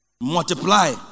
Multiply